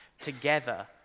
together